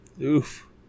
Oof